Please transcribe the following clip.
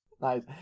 nice